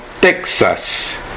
Texas